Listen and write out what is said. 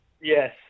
Yes